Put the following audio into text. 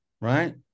right